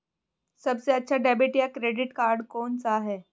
सबसे अच्छा डेबिट या क्रेडिट कार्ड कौन सा है?